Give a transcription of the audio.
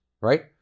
right